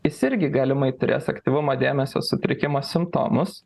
jis irgi galimai turės aktyvumo dėmesio sutrikimo simptomus